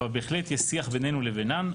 אבל בהחלט יש שיח בינינו לבינם.